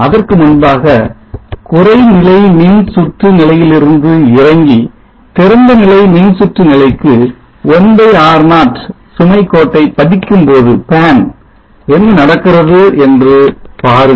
அதற்கு முன்பாக குறை நிலை மின்சுற்று நிலையிலிருந்து இறங்கி திறந்தநிலை மின்சுற்று நிலைக்கு 1 R0 சுமை கோட்டை பதிக்கும்போது என்ன நடக்கிறது என்று பாருங்கள்